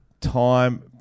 time